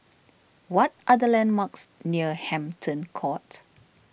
what are the landmarks near Hampton Court